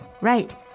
Right